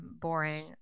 boring